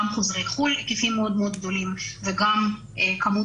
גם חוזרי חו"ל בהיקפים מאוד מאוד גדולים וגם כמות